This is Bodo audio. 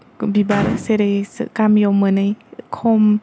बिबार जेरै गामियाव मोनै खम